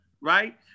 right